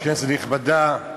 נכבדה,